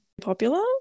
popular